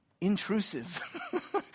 intrusive